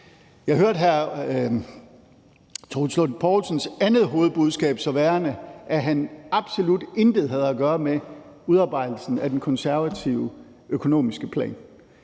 Jeg hørte hr. Troels Lund Poulsens andet hovedbudskab som værende, at han absolut intet havde at gøre med udarbejdelsen af den konservative økonomiske plan.